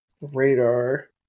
Radar